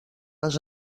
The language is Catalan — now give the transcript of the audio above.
les